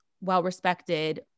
well-respected